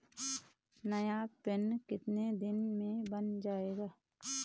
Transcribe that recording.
नया पिन कितने दिन में बन जायेगा?